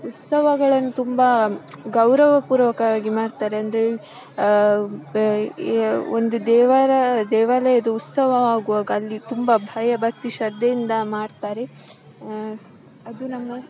ಉತ್ಸವಗಳನ್ನು ತುಂಬಾ ಗೌರವ ಪೂರ್ವಕವಾಗಿ ಮಾಡ್ತಾರೆ ಅಂದರೆ ಒಂದು ದೇವರ ದೇವಾಲಯದ್ದು ಉತ್ಸವ ಆಗುವಾಗ ಅಲ್ಲಿ ತುಂಬಾ ಭಯ ಭಕ್ತಿ ಶ್ರದ್ದೆಯಿಂದ ಮಾಡ್ತಾರೆ ಅದು ನಮ್ಮ